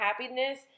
happiness